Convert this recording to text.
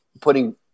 putting